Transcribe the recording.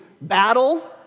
battle